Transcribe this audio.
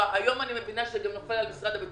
והיום אני מבינה שזה נופל על משרד הביטחון.